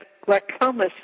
glaucoma